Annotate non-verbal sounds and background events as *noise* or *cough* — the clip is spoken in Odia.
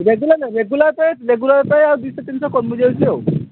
ରେଗୁଲାର ନାହିଁ ରେଗୁଲାର *unintelligible* ରେଗୁଲାର ପାଇଁ ଆଉ ଦୁଇ ଶହ ତିନି ଶହ କମି ଯାଉଛି ଆଉ